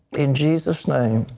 in jesus' name,